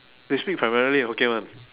they speaking primarily in hokkien [one]